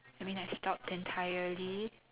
I mean I stopped entirely